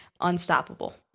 unstoppable